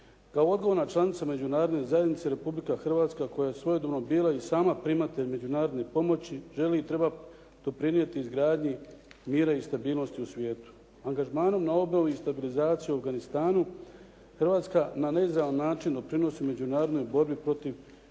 Kao odgovorna članica međunarodne zajednice Republika Hrvatska koja je svojedobno bila i sama primatelj međunarodne pomoći želi i treba doprinijeti izgradnji mira i stabilnosti u svijetu. Angažmanom na obol i stabilizaciju u Afganistanu, Hrvatska na neizravan način doprinosi međunarodnoj borbi protiv